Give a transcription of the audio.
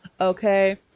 Okay